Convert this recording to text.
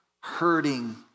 hurting